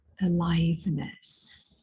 aliveness